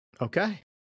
Okay